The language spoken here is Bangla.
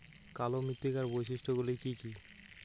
কালো মৃত্তিকার বৈশিষ্ট্য গুলি কি কি?